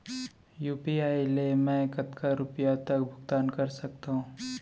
UPI ले मैं कतका रुपिया तक भुगतान कर सकथों